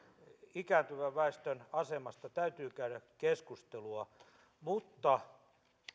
ikääntyvän väestön asemasta täytyy käydä keskustelua mutta